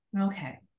Okay